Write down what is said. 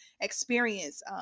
experience